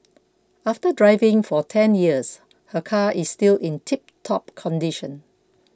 after driving for ten years her car is still in tiptop condition